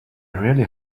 really